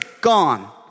gone